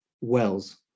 wells